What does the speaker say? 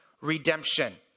redemption